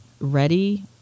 ready